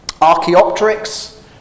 Archaeopteryx